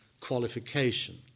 qualification